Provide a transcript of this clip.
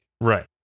Right